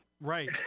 Right